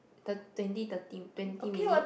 twenty thirty twenty minute